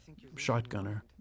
shotgunner